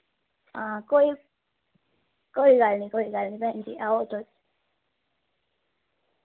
हां कोई कोई गल्ल नी कोई गल्ल नी भैन जी आओ तुस